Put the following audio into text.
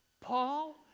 Paul